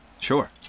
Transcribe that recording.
Sure